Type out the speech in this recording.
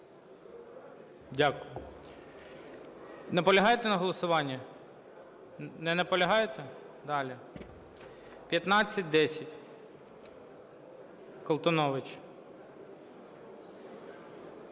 Дякую. Наполягаєте на голосуванні? Не наполягаєте? Далі. 1510, Колтунович.